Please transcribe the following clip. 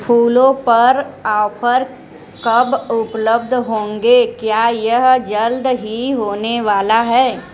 फूलों पर ऑफ़र कब उपलब्ध होंगे क्या यह जल्द ही होने वाला है